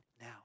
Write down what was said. Now